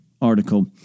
article